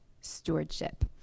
stewardship